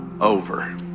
over